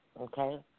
okay